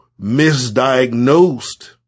misdiagnosed